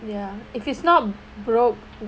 ya if it's not broke